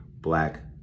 black